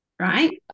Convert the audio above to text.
Right